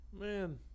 man